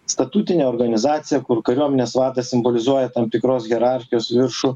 statutinė organizacija kur kariuomenės vadas simbolizuoja tam tikros hierarchijos viršų